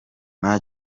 nta